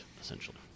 essentially